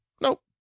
nope